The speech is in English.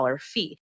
fee